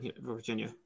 Virginia